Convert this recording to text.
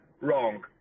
wrong